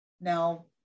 Now